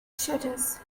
stutters